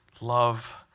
love